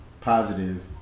positive